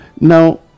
Now